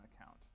account